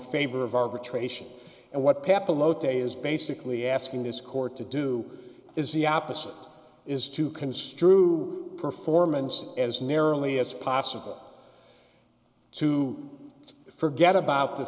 favor of arbitration and what pappano today is basically asking this court to do is the opposite is to construe performance as nearly as possible to forget about the